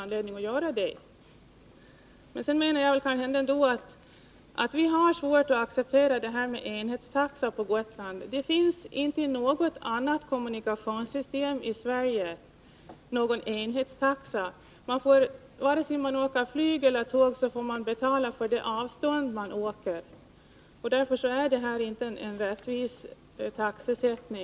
Men jag menar ändå att vi har svårt att acceptera detta med en enhetstaxa på Gotland. Det finns inte i något annat kommunikationssystem i Sverige någon enhetstaxa. Vare sig man åker flyg eller tåg får man betala på basis av hur långt man åker — det gäller alltså avståndet. Därför är denna taxesättning inte rättvis.